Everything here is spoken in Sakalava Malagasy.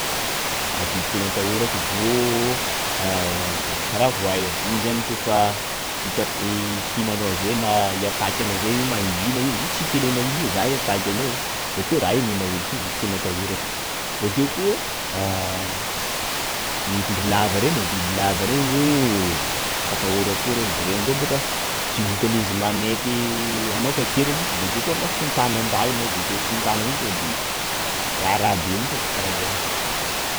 Ah biby tena atahorako zio karah Voay io, io zany koafa ihinan anao zay na hi- attaque zay, io mangina io, io tsy hiteny anao mintsy hoe zaho hiattaque anao, bokeo raha io mihina olo koa atahorako, bokeo koa ah ny bibilava reny, bibilava reny zao atahorako koa reny, reny koa boaka ah, tsy vitany izy manaiky, anao kakeriny bokeo koa anao fantanany raha io anao bokeo io fontanany raha io anao bokeo io fontanany iny tonga de raharaha be mintsy e, kara zany.